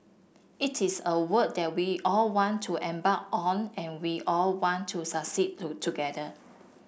it is a work that we all want to embark on and we all want to succeed to together